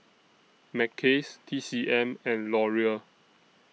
Mackays T C M and Laurier